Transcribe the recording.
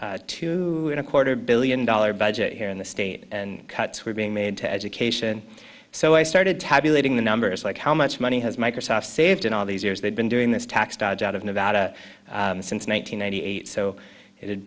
a two and a quarter billion dollar budget here in the state and cuts were being made to education so i started tabulating the numbers like how much money has microsoft saved in all these years they've been doing this tax dodge out of nevada since one thousand nine hundred eight so it had